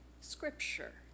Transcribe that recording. scripture